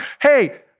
hey